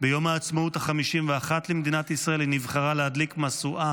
ביום העצמאות ה-51 למדינת ישראל היא נבחרה להדליק משואה